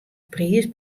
priis